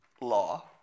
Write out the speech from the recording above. law